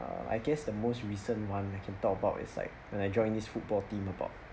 uh I guess the most recent one I can talk about is like and I joined this football team about